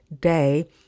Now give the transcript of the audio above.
day